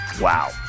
Wow